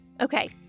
Okay